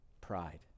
Pride